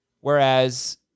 Whereas